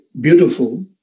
beautiful